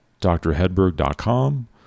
drhedberg.com